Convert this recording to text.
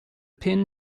pin